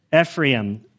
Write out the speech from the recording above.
Ephraim